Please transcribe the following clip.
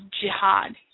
jihad